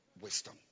wisdom